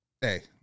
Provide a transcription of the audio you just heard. hey